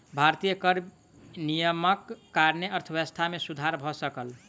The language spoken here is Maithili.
भारतीय कर नियमक कारणेँ अर्थव्यवस्था मे सुधर भ सकल